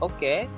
Okay